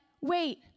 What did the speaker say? wait